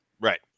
Right